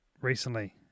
recently